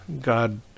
God